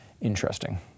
interesting